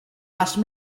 asked